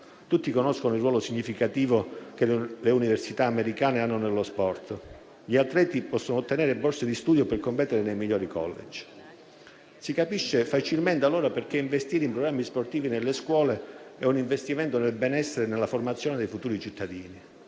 tutti conoscono il ruolo significativo che le università americane hanno nello sport e gli atleti possono ottenere borse di studio per competere nei migliori *college*. Si capisce facilmente allora perché investire in programmi sportivi nelle scuole è un investimento nel benessere e nella formazione dei futuri cittadini.